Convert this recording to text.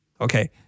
Okay